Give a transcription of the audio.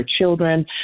children